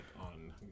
on